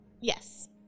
Yes